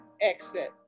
exit